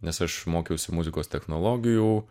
nes aš mokiausi muzikos technologijų